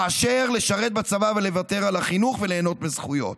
מאשר לשרת בצבא ולוותר על החינוך וליהנות מזכויות.